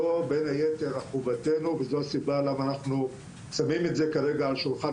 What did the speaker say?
זו בין היתר חובתנו וזו הסיבה למה אנחנו שמים את זה כרגע על שולחן